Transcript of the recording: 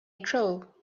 trill